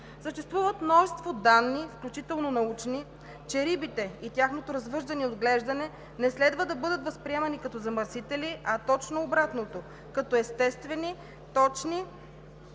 Съществуват множество данни, включително научни, че рибите и тяхното развъждане и отглеждане не следва да бъдат възприемани като замърсители, а точно обратното – като естествени, точни